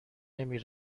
نمی